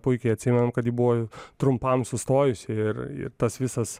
puikiai atsimenam kad ji buvo trumpam sustojusi ir ir tas visas